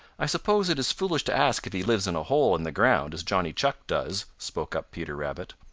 i suppose it is foolish to ask if he lives in a hole in the ground as johnny chuck does, spoke up peter rabbit.